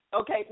okay